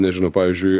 nežinau pavyzdžiui